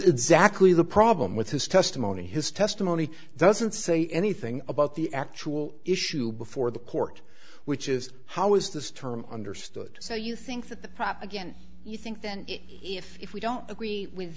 exactly the problem with his testimony his testimony doesn't say anything about the actual issue before the court which is how is this term understood so you think that the prop again you think then if if we don't agree with